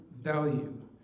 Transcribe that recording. value